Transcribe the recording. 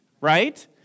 right